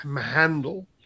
handle